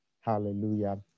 hallelujah